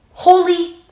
Holy